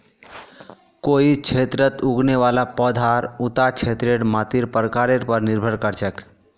कोई क्षेत्रत उगने वाला पौधार उता क्षेत्रेर मातीर प्रकारेर पर निर्भर कर छेक